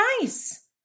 nice